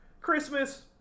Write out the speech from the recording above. Christmas